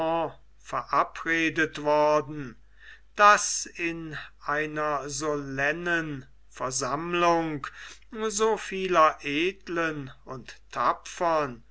verabredet worden daß in einer solennen versammlung so vieler edlen und tapfern